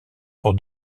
pour